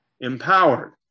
empowered